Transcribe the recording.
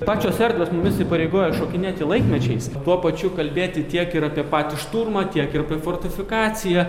pačios erdvės mumis įpareigoja šokinėti laikmečiais tuo pačiu kalbėti tiek ir apie patį šturmą tiek ir apie fortifikaciją